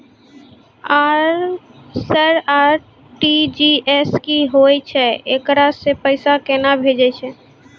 Sir RTGS की होय छै, एकरा से पैसा केना भेजै छै?